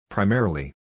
Primarily